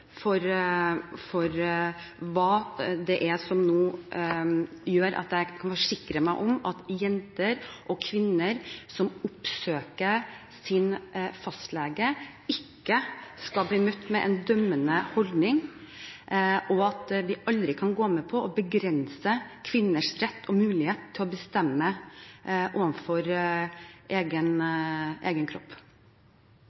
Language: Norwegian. hva som nå gjør at jeg kan forsikre meg om at jenter og kvinner som oppsøker sin fastlege, ikke skal bli møtt med en dømmende holdning, og at vi aldri kan gå med på å begrense kvinners rett og mulighet til å bestemme over egen